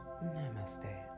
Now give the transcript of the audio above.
Namaste